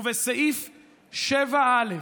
ובסעיף 7א,